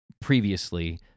previously